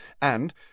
and